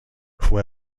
fue